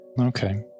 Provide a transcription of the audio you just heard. Okay